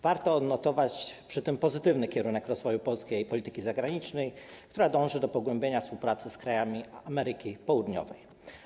Warto odnotować przy tym pozytywny kierunek rozwoju polskiej polityki zagranicznej, która dąży do pogłębienia współpracy z krajami Ameryki Południowej.